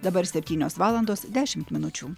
dabar septynios valandos dešimt minučių